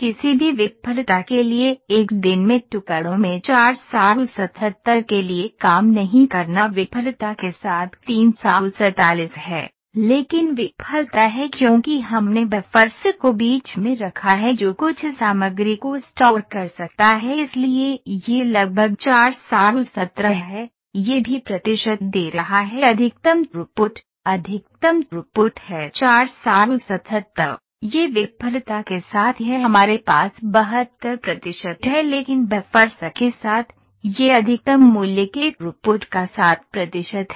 किसी भी विफलता के लिए एक दिन में टुकड़ों में 477 के लिए काम नहीं करना विफलता के साथ 347 है लेकिन विफलता है क्योंकि हमने बफ़र्स को बीच में रखा है जो कुछ सामग्री को स्टोर कर सकता है इसलिए यह लगभग 417 है यह भी प्रतिशत दे रहा है अधिकतम थ्रूपुट अधिकतम थ्रूपुट है 477 यह विफलता के साथ है हमारे पास 72 प्रतिशत है लेकिन बफ़र्स के साथ यह अधिकतम मूल्य के थ्रूपुट का 7 प्रतिशत है